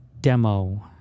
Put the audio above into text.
Demo